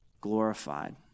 glorified